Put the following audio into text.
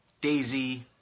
Daisy